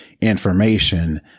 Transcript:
information